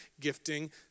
gifting